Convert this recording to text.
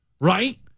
right